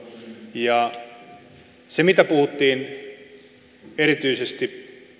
ja mitä tulee siihen mitä puhuttiin erityisesti